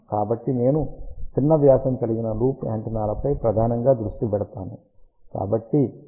కాబట్టి నేను చిన్న వ్యాసం కలిగిన లూప్ యాంటెన్నాలపై ప్రధానంగా దృష్టి పెడతాను